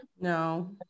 No